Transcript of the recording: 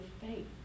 faith